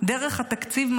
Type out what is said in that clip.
דרך התקציב,